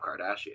Kardashian